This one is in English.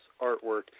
artwork